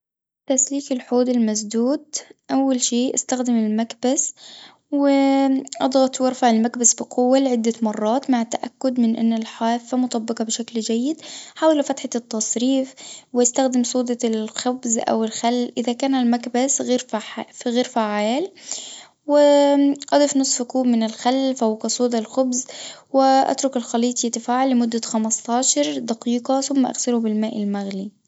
تصريف الحوض المشدود، أول شي استخدم المكبس، و اضغط وارفع المكبس بقوة لعدة مرات مع التأكد من إن الحافة مطبقة بشكل جيد حاول فتحة التصريف واستخدم صودا الخبز أو الخل إذا كان المكبس غير فعال وأضف نص كوب من الخل فوق صودا الخبز، واترك الخليط يتفاعل لمدة خمستاشر دقيقة ثم اغسله بالماء المغلي.